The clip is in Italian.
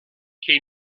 che